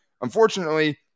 unfortunately